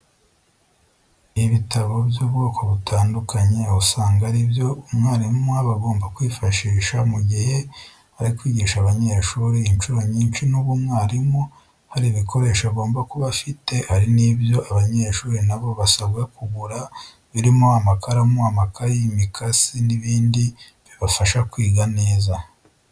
Ibitabo by'ubwoko butandukanye usanga ari byo umwarimu aba agomba kwifashisha mu gihe ari kwigisha abanyeshuri. Incuro nyinshi nubwo umwarimu hari ibikoresho agomba kuba afite hari n'ibyo abanyeshuri na bo basabwa kugura birimo amakaramu, amakayi, imikasi n'ibindi bibafasha kwiga neza.